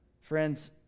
Friends